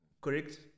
Correct